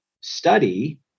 study